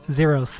zero